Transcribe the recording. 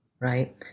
Right